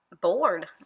bored